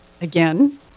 Again